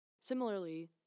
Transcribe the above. Similarly